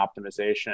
optimization